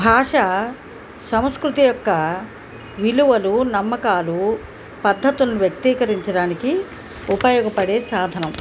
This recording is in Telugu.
భాష సంస్కృతి యొక్క విలువలు నమ్మకాలు పద్ధతులు వ్యక్తీకరించడానికి ఉపయోగపడే సాధనం